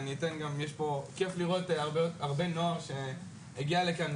כיף לראות הרבה נוער שהגיע לכאן,